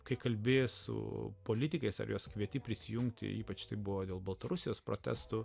kai kalbės su politikais ar juos kvieti prisijungti ypač tai buvo dėl baltarusijos protestų